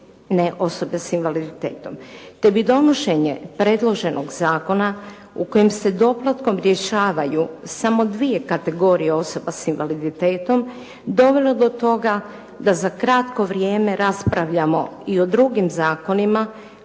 ne osobe s invaliditetom te bi donošenje predloženog zakona u kojem se doplatkom rješavaju samo 2 kategorije osoba s invaliditetom dovelo do toga da za kratko vrijeme raspravljamo i o drugim zakonima